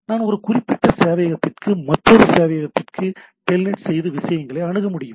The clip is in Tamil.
நான் ஒரு குறிப்பிட்ட சேவையகத்திற்கு மற்றொரு சேவையகத்திற்கு டெல்நெட் செய்து விஷயங்களை அணுக முடியும்